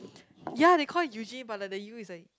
ya they call Eugene but like the U is like